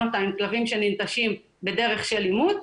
אותה עם כלבים שננטשים בדרך של אימוץ,